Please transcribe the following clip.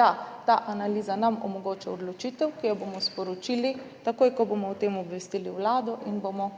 Da, ta analiza nam omogoča odločitev, ki jo bomo sporočili takoj, ko bomo o tem obvestili Vlado in bomo